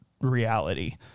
reality